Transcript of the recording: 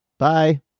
Bye